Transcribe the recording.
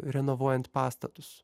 renovuojant pastatus